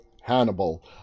Hannibal